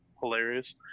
Hilarious